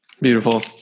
Beautiful